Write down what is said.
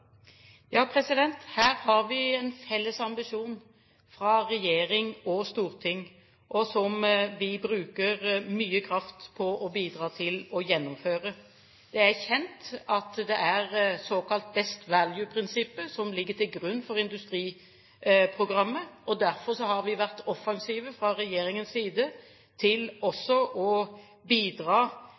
Ja, her har regjering og storting en felles ambisjon, som vi bruker mye kraft på å bidra til å gjennomføre. Det er kjent at det er såkalt «best value»-prinsippet som ligger til grunn for industriprogrammet, og derfor har vi vært offensive fra regjeringens side med hensyn til også å bidra